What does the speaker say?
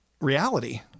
reality